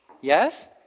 yes